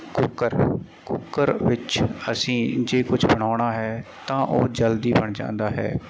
cooker cooker ਵਿੱਚ ਅਸੀਂ ਜੇ ਕੁਛ ਬਣਾਉਣਾ ਹੈ ਤਾਂ ਉਹ ਜਲਦੀ ਬਣ ਜਾਂਦਾ ਹੈ